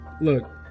look